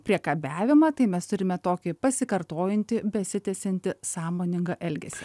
priekabiavimą tai mes turime tokį pasikartojantį besitęsiantį sąmoningą elgesį